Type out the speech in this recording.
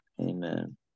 Amen